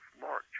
March